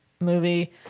movie